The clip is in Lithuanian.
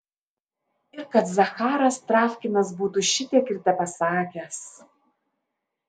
ir kad zacharas travkinas būtų šitiek ir tepasakęs